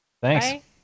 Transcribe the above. Thanks